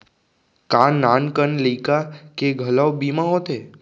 का नान कन लइका के घलो बीमा होथे?